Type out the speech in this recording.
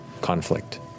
conflict